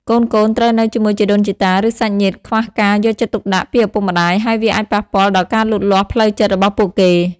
កូនៗត្រូវនៅជាមួយជីដូនជីតា ឬសាច់ញាតិ ខ្វះការយកចិត្តទុកដាក់ពីឪពុកម្ដាយ ហើយវាអាចប៉ះពាល់ដល់ការលូតលាស់ផ្លូវចិត្តរបស់ពួកគេ។ ។